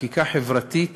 חקיקה חברתית